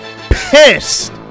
pissed